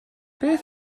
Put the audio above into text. beth